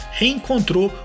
reencontrou